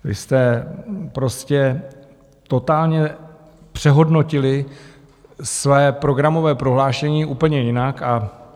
Vy jste prostě totálně přehodnotili své programové prohlášení úplně jinak.